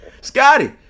Scotty